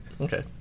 okay